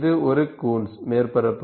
இது ஒரு கூன்ஸ் மேற்பரப்பு